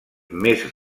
més